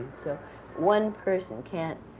so one person can't,